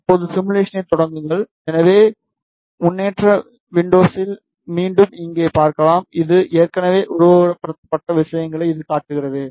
இப்போது சிமுலேஷனை தொடங்குங்கள் எனவே முன்னேற்ற விண்டோசில் மீண்டும் இங்கே பார்க்கலாம் இது ஏற்கனவே உருவகப்படுத்தப்பட்ட விஷயங்களை இது காட்டுகிறது